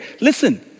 listen